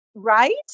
Right